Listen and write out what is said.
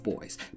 boys